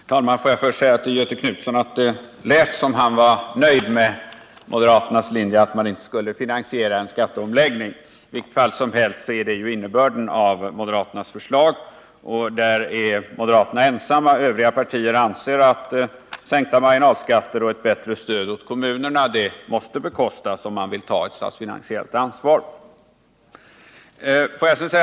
Herr talman! Låt mig först till Göthe Knutson säga att det lät som om han var nöjd med moderaternas linje att man inte skulle finansiera en skatteomläggning. I vilket fall som helst är det innebörden av moderaternas förslag. Om det är moderaterna ensamma. Övriga partier anser att sänkta marginalskatter och ett bättre stöd åt kommunerna måste finansieras, om man vill ta ett statsfinansiellt ansvar.